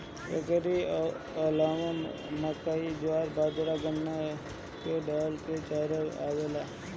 एकरी अलावा मकई, बजरा, ज्वार, गन्ना के डाठ भी चारा में आवेला